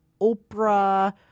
Oprah